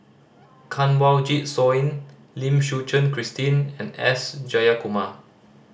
Kanwaljit Soin Lim Suchen Christine and S Jayakumar